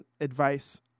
advice